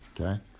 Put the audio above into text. okay